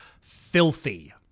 filthy